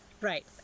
Right